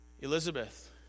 Elizabeth